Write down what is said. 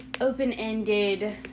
open-ended